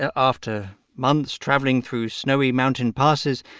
ah after months travelling through snowy mountain passes,